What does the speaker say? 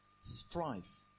strife